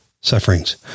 sufferings